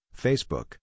Facebook